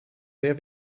sehr